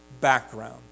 background